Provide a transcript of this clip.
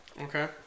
Okay